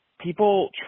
People